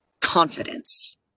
confidence